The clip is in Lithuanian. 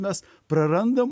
mes prarandam